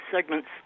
segments